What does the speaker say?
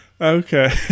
Okay